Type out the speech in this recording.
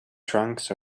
trunks